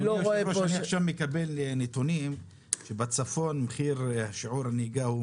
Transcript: אני עכשיו מקבל נתונים שבצפון מחיר שיעור נהיגה הוא